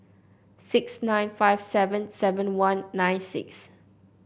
six nine five seven seven one nine six